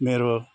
मेरो